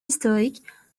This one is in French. historiques